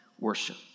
worship